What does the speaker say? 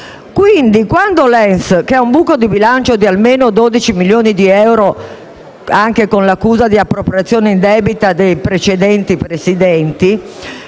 Quindi, quando l'ENS, che ha un buco di bilancio di almeno 12 milioni di euro, anche con accuse di appropriazione indebita dei Presidenti precedenti,